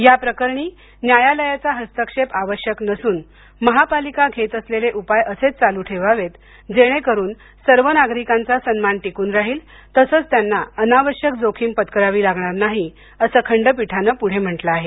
या प्रकरणी न्यायालयाचा हस्तक्षेप आवश्यक नसून महापालिका घेत असलेले उपाय असेच चालू ठेवावेत जेणेकरून सर्व नागरिकांचा सन्मान टिकून राहील तसंच त्यांना अनावश्यक जोखीम पत्करावी लागणार नाही असं खंडपीठाने पुढे म्हंटल आहे